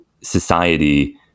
society